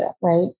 right